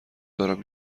دارم